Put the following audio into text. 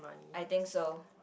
I think so